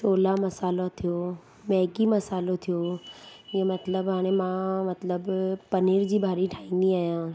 छोला मसालो थियो मैगी मसालो थियो इहे मतिलबु हाणे मां मतिलबु पनीर जी भाॼी ठाहींदी आहियां